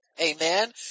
Amen